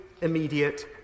immediate